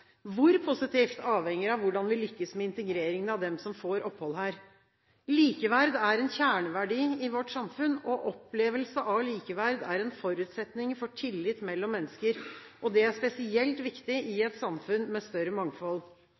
Hvor positivt avhenger av hvordan vi lykkes med integreringen av dem som får opphold her. Likeverd er en kjerneverdi i vårt samfunn. Opplevelse av likeverd er en forutsetning for tillit mellom mennesker. Det er spesielt viktig i et samfunn med større mangfold.